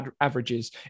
averages